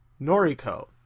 Noriko